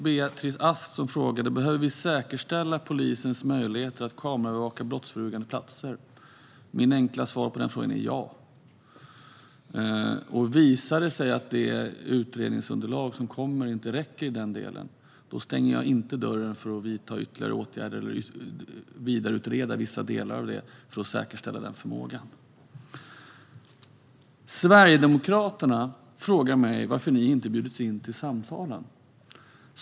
Beatrice Ask frågade: Behöver vi säkerställa polisens möjligheter att kameraövervaka brottsutsatta platser? Mitt enkla svar på den frågan är ja. Visar det sig att det utredningsunderlag som kommer inte räcker stänger jag inte dörren för att vidareutreda vissa delar av det för att säkerställa den förmågan. Sverigedemokraterna frågar mig varför de inte bjudits in till samtalen.